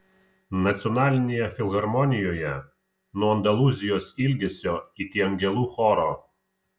nacionalinėje filharmonijoje nuo andalūzijos ilgesio iki angelų choro